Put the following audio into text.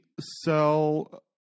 sell